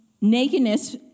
nakedness